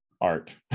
art